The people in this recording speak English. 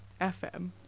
FM